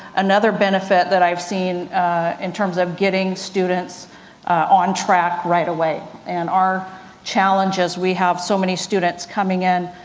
another benefit that i've seen in terms of getting students on track right away, and our challenges, we have so many students coming in,